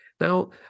Now